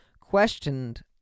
questioned